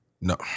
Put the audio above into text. No